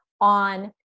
on